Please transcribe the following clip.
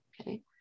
okay